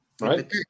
right